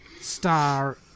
star